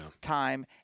time